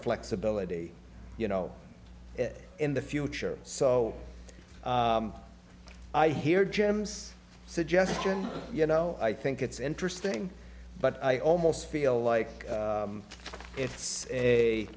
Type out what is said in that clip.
flexibility you know in the future so i hear gems suggestion you know i think it's interesting but i almost feel like it's a